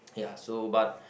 ya so but